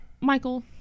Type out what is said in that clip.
Michael